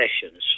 sessions